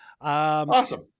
awesome